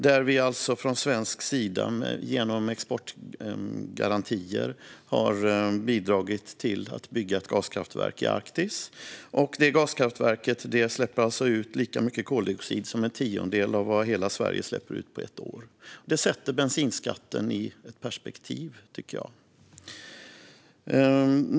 Vi har alltså från svensk sida genom exportgarantier bidragit till att bygga ett gaskraftverk i Arktis. Detta gaskraftverk släpper ut lika mycket koldioxid som en tiondel av det som hela Sverige släpper ut på ett år. Det tycker jag sätter bensinskatten i ett visst perspektiv.